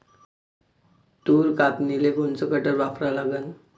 तूर कापनीले कोनचं कटर वापरा लागन?